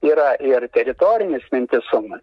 yra ir teritorinis vientisumas